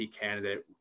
candidate